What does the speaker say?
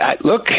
look